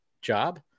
job